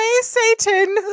Satan